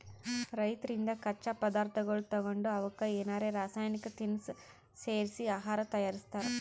ರೈತರಿಂದ್ ಕಚ್ಚಾ ಪದಾರ್ಥಗೊಳ್ ತಗೊಂಡ್ ಅವಕ್ಕ್ ಏನರೆ ರಾಸಾಯನಿಕ್ ತಿನಸ್ ಸೇರಿಸಿ ಆಹಾರ್ ತಯಾರಿಸ್ತಾರ್